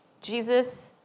Jesus